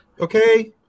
Okay